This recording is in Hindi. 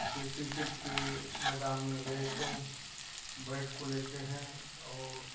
इससे क्रिकेट के मैदान में गए तो बैट को लेते हैं और